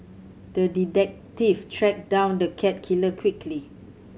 the detective tracked down the cat killer quickly